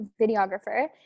videographer